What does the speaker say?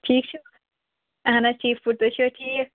ٹھیٖک چھُ اہَن حظ ٹھیٖک پٲٹھۍ تُہۍ چھِوا ٹھیٖک